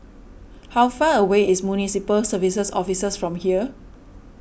how far away is Municipal Services Office from here